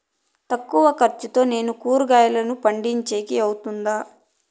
తక్కువ ఖర్చుతో నేను కూరగాయలను పండించేకి అవుతుందా?